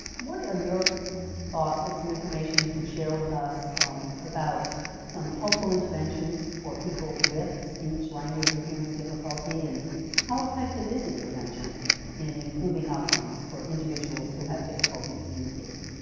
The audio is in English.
what are your thoughts, what's some information you could share with us about some helpful interventions for people with a speech-language or hearing difficulty and how effective is intervention in improving outcomes for individuals who have difficulty communicating?